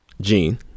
Gene